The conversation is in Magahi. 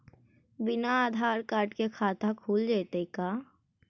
बिना आधार कार्ड के खाता खुल जइतै का?